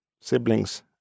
siblings